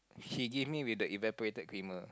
he give me with the evaporated creamer